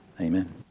amen